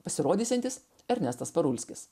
pasirodysiantis ernestas parulskis